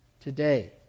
today